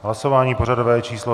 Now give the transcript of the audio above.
Hlasování pořadové číslo 397.